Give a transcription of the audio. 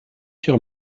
sur